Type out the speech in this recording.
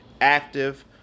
active